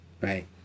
Right